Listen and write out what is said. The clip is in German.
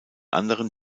anderen